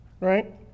right